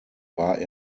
war